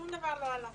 שום דבר לא עלה.